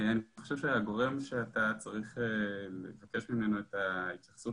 אני חושב שהגורם שאתה צריך לבקש ממנו את ההתייחסות